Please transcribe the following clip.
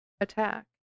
attack